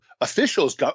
officials